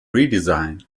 redesign